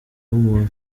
w’umuntu